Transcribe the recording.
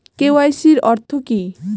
KYC অর্থ কি?